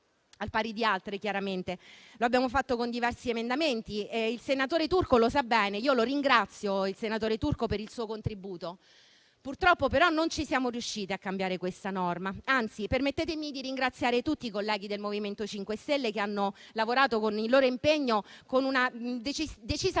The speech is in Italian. al pari di altre; lo abbiamo fatto con diversi emendamenti e il senatore Turco lo sa bene; lo ringrazio per il suo contributo, ma purtroppo non siamo riusciti a cambiare questa norma. Anzi, permettetemi di ringraziare tutti i colleghi del MoVimento 5 Stelle, che hanno lavorato con il loro impegno e con una decisa volontà